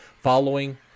following